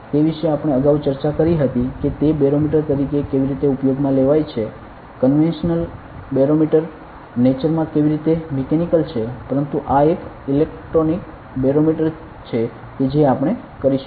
તે વિશે આપણે અગાઉ ચર્ચા કરી હતી કે તે બેરોમીટર તરીકે કેવી રીતે ઉપયોગમાં લેવાય છે કનવેશનલ બેરોમીટર નેચરમાં કેવી રીતે મિકેનિકલ છે પરંતુ આ એક ઇલેક્ટ્રોનિક બેરોમીટર છે કે જે આપણે કરીશું